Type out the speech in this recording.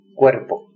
cuerpo